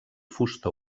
fusta